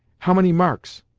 how many marks?